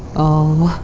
oh.